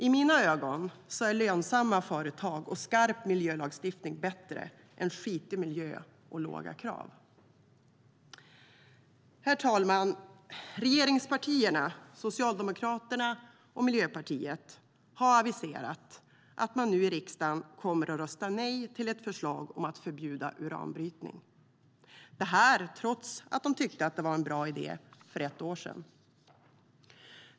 I mina ögon är lönsamma företag och en skarp miljölagstiftning bättre än skitig miljö och låga krav. Herr ålderspresident! Regeringspartierna Socialdemokraterna och Miljöpartiet har aviserat att de i riksdagen kommer att rösta nej till ett förslag om att förbjuda uranbrytning - detta trots att de tyckte att det var en bra idé för ett år sedan.